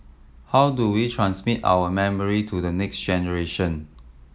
how do we transmit our memory to the next generation